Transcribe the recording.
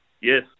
Yes